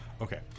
Okay